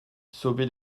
sauvé